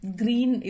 green